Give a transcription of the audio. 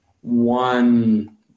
one